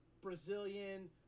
brazilian